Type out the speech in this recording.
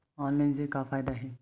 Online से का फ़ायदा हे?